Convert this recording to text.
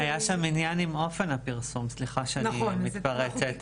היה שם עניין עם אופן הפרסום, סליחה שאני מתפרצת.